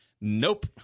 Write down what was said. Nope